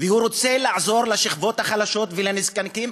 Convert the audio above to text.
והוא רוצה לעזור לשכבות החלשות ולנזקקים.